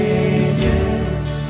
ages